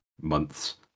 months